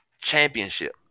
championship